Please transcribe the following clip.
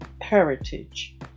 heritage